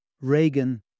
Reagan